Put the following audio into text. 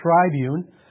tribune